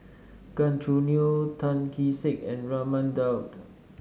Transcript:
Gan Choo Neo Tan Kee Sek and Raman Daud